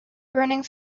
burning